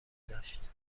داشت